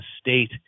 state